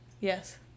Yes